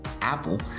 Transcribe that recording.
apple